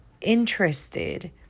interested